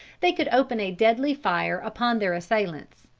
they could open a deadly fire upon their assailants,